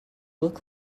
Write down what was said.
look